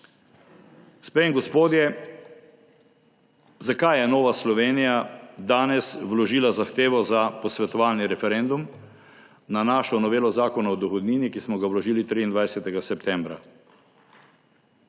Gospe in gospodje! Zakaj je Nova Slovenija danes vložila zahtevo za posvetovalni referendum na našo novelo Zakona o dohodnini, ki smo ga vložili 23. septembra?